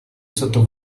sotto